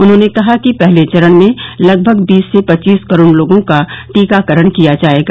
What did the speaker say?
उन्होंने कहा कि पहले चरण में लगभग बीस से पच्चीस करोड़ लोगों का टीकाकरण किया जाएगा